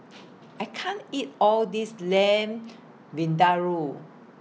I can't eat All This Lamb Vindaloo